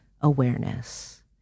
awareness